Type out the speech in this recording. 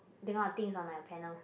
then got things on my panel